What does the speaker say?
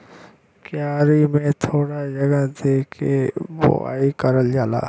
क्यारी में थोड़ा जगह दे के बोवाई करल जाला